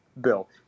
bill